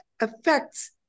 affects